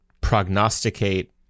prognosticate